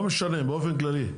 לא משנה, באופן כללי.